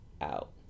out